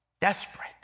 desperate